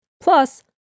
Plus